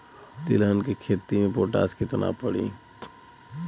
तिलहन के खेती मे पोटास कितना पड़ी?